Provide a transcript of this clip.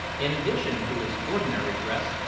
in addition to his ordinary dress,